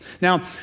now